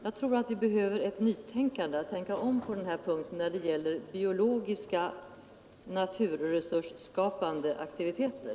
Jag tror att vi behöver ett nytänkande här, eftersom det gäller biologiska naturresursskapande aktiviteter.